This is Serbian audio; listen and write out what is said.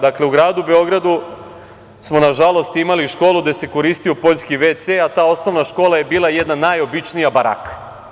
Dakle, u gradu Beogradu smo, nažalost, imali školu gde se koristio poljski WC, a ta osnovna škola je bila jedna najobičnija baraka.